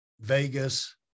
vegas